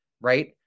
right